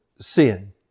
sin